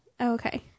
Okay